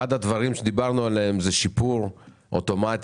אחד הדברים עליהם דיברנו הוא שיפור אוטומציה